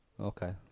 Okay